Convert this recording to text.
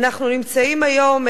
אנחנו נמצאים היום,